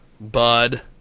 Bud